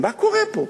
מה קורה פה?